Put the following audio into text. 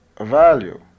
value